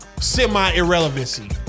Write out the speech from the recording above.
semi-irrelevancy